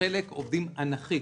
וחלק עובדים אנכית.